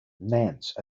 nance